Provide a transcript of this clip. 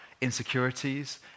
insecurities